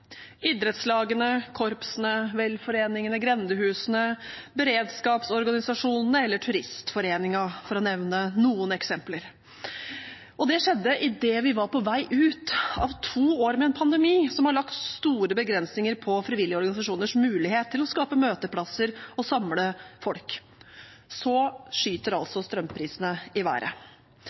idrettslagene, korpsene, velforeningene, grendehusene, beredskapsorganisasjonene eller Turistforeningen, for å nevne noen eksempler. Det skjedde idet vi var på vei ut av to år med en pandemi som har lagt store begrensninger på frivillige organisasjoners mulighet til å skape møteplasser og samle folk. Så skyter altså strømprisene i været.